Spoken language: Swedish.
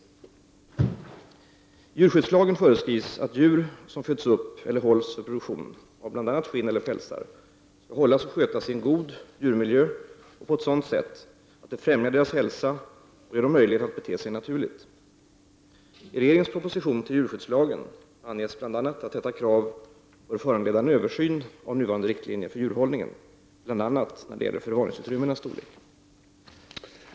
I djurskyddslagen föreskrivs att djur som föds upp eller hålls för produktion av bl.a. skinn eller pälsar skall hållas och skötas i en god djurmiljö och på ett sådant sätt att det främjar deras hälsa och ger dem möjlighet att bete sig naturligt. I regeringens proposition om djurskyddslagen anges bl.a. att detta krav bör föranleda en översyn av nuvarande riktlinjer för djurhållningen, bl.a. i vad gäller förvaringsutrymmenas storlek.